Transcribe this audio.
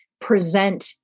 present